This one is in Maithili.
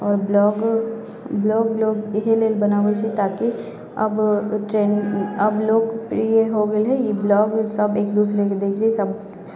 आओर ब्लॉग लोक ब्लॉग एहिके लेल बनाबै छै ताकि अब ट्रेन्ड अब लोकप्रिय हो गेलै अब ई ब्लॉग सब एक दोसरेके देखैले सब